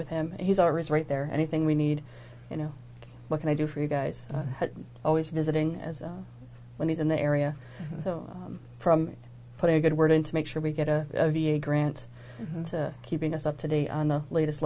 with him he's always right there anything we need you know what can i do for you guys always visiting as when he's in the area so from putting a good word in to make sure we get a v a grants and keeping us up to date on the latest